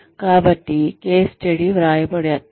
కాబట్టి case studies వ్రాయబడతాయి